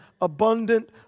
abundant